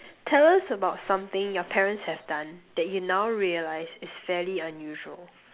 tell us about something your parents have done that you now realised is fairly unusual